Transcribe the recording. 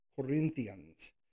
Corinthians